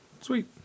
sweet